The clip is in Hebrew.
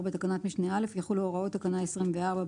בתקנת משנה (א) יחולו הוראות תקנה 24,